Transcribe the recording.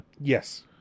yes